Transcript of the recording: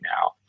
now